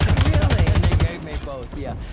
really? and they gave me both, yeah.